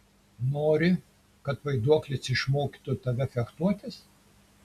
nori kad vaiduoklis išmokytų tave fechtuotis